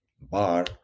bar